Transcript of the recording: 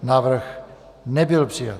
Návrh nebyl přijat.